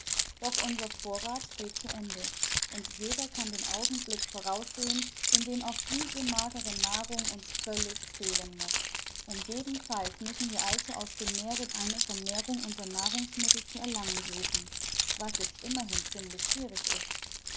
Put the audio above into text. doch unser vorrath geht zu ende und jeder kann den augenblick voraussehen in dem auch diese magere nahrung uns völlig fehlen muß um jeden preis müssen wir also aus dem meere eine vermehrung unserer nahrungsmittel zu erlangen suchen was jetzt immerhin ziemlich schwierig ist